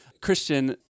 Christian